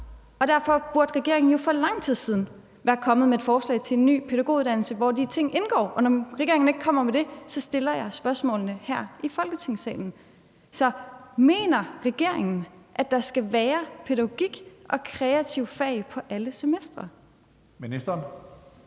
og derfor burde regeringen jo for lang tid siden være kommet med et forslag til en ny pædagoguddannelse, hvor de ting indgår. Og når regeringen ikke kommer med det, stiller jeg spørgsmålene her i Folketingssalen. Så mener regeringen, at der skal undervises i pædagogik og kreative fag på alle semestre? Kl.